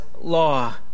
law